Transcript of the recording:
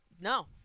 No